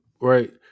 right